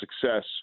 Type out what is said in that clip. success